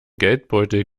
geldbeutel